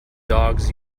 dogs